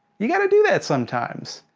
you gotta do that sometimes.